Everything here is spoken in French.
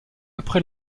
après